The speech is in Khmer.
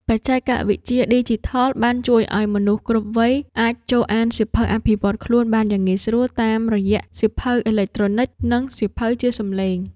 បច្ចេកវិទ្យាឌីជីថលបានជួយឱ្យមនុស្សគ្រប់វ័យ អាចចូលអានសៀវភៅអភិវឌ្ឍខ្លួនបានយ៉ាងងាយស្រួលតាមរយៈសៀវភៅអេឡិចត្រូនិក និងសៀវភៅជាសំឡេង។